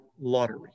lottery